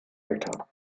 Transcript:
meter